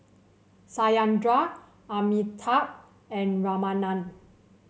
Satyendra Amitabh and Ramanand